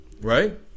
right